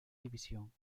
división